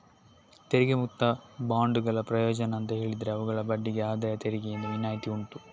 ತೆರಿಗೆ ಮುಕ್ತ ಬಾಂಡುಗಳ ಪ್ರಯೋಜನ ಅಂತ ಹೇಳಿದ್ರೆ ಅವುಗಳ ಬಡ್ಡಿಗೆ ಆದಾಯ ತೆರಿಗೆಯಿಂದ ವಿನಾಯಿತಿ ಉಂಟು